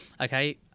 Okay